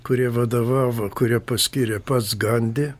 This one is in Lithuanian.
kuri vadovavo kurie paskyrė pats gandi